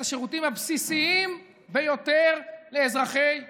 השירותים הבסיסים ביותר לאזרחי ישראל.